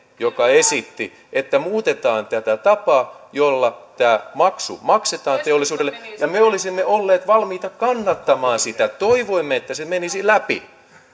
joka esitti että muutetaan tätä tapaa jolla tämä maksu maksetaan teollisuudelle ja me olisimme olleet valmiita kannattamaan sitä toivoimme että se menisi läpi